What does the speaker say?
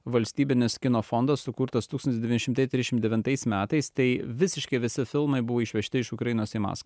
valstybinis kino fondas sukurtas tūkstantis devyni šimtai trisdešim devintais metais tai visiškai visi filmai buvo išvežti iš ukrainos į maskv